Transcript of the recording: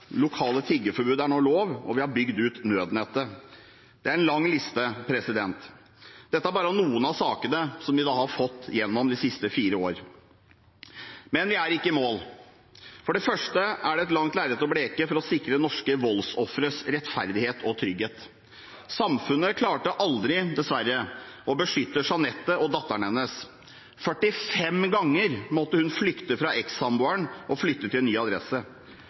lokale tiggeforbud bygd ut nødnettet Det er en lang liste. Dette er bare noen av sakene som vi har fått igjennom de siste fire årene. Men vi er ikke i mål. For det første er det et langt lerret å bleke for å sikre norske voldsofres rettferdighet og trygghet. Samfunnet klarte aldri, dessverre, å beskytte Jeanette og datteren hennes. 45 ganger måtte hun flykte fra ekssamboeren og flytte til ny adresse.